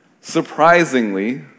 Surprisingly